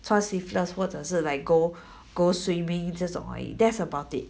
穿 sleeveless 或者是 like go go swimming 这种而已 that's about it